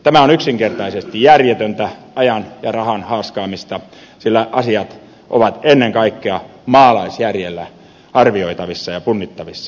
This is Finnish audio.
tämä on yksinkertaisesti järjetöntä ajan ja rahan haaskaamista sillä asiat ovat ennen kaikkea maalaisjärjellä arvioitavissa ja punnittavissa